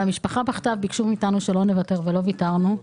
המשפחה בכתה, ביקשו מאתנו שלא נוותר, ולא ויתרנו,